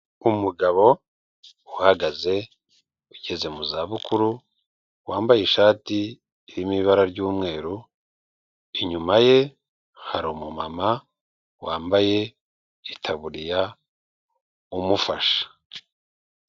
Umugabo uhagaze ugeze mu za bukuru wambaye ishati irimo ibara ry'umweru, inyuma ye hari umumama wambaye itaburiya umufasha.